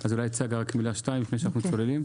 אז אולי צגה, רק מילה שתיים לפני שאנחנו צוללים?